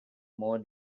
more